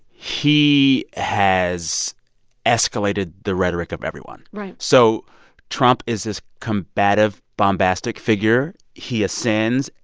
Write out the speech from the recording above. he has escalated the rhetoric of everyone right so trump is this combative, bombastic figure. he ascends.